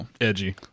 Edgy